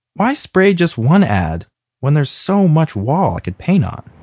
why spray just one ad when there's so much wall i could paint on?